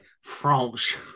French